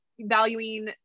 valuing